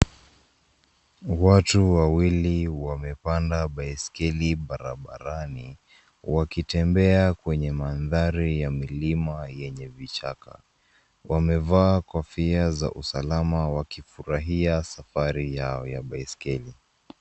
Watu wawili wamepanda baiskeli barabarani, wakitembea kwenye mandhari ya milima yenye vichaka. Wamevaa kofia za usalama wakifurahia safari yao ya baiskeli.